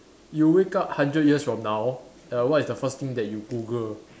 you wake up hundred years from now err what is the first thing that you Google